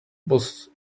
was